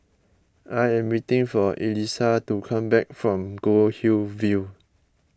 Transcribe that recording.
I am waiting for Elisa to come back from Goldhill View